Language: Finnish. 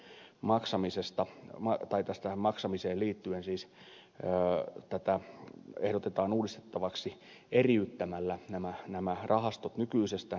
sairausvakuutuksen ja muiden sosiaaliturvaetuuksien maksamiseen liittyen tätä ehdotetaan uudistettavaksi eriyttämällä nämä rahastot nykyisestään